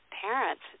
parents